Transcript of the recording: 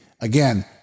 Again